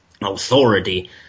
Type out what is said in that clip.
authority